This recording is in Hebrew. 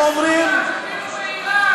וירושלים המזרחית גם תהיה הבירה שלו.